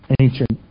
ancient